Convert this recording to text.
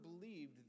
believed